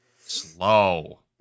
Slow